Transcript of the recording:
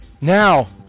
Now